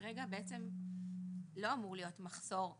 כרגע בעצם לא אמור להיות מחסור,